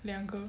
两个